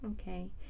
Okay